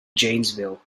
janesville